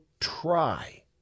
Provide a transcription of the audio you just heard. try